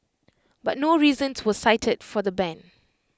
but no reasons were cited for the ban